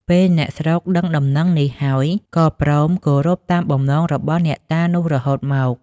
ពេលអ្នកស្រុកដឹងដំណឹងនេះហើយ ក៏ព្រមគោរពតាមបំណងរបស់អ្នកតានោះរហូតមក។